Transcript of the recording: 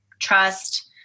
trust